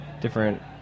different